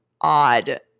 odd